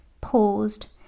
paused